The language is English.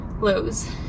Lowe's